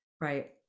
right